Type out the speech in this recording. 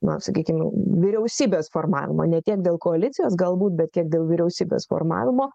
na sakykim vyriausybės formavimo ne tiek dėl koalicijos galbūt bet dėl vyriausybės formavimo